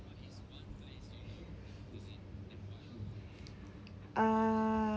uh